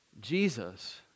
Jesus